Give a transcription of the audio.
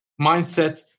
mindset